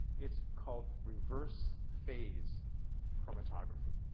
it's called reverse phase chromatography,